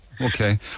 Okay